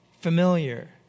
familiar